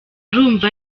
arumva